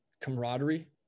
camaraderie